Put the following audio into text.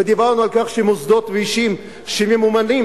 ודיברנו על כך שמוסדות ואישים שממומנים